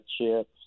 chips